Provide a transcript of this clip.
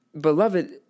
Beloved